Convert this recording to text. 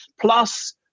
Plus